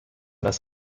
das